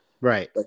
Right